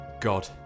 God